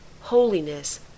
holiness